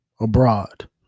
abroad